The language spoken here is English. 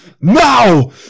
Now